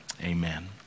amen